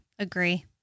Agree